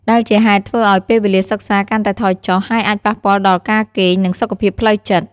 ដែលជាហេតុធ្វើឱ្យពេលវេលាសិក្សាកាន់តែថយចុះ ហើយអាចប៉ះពាល់ដល់ការគេង និងសុខភាពផ្លូវចិត្ត។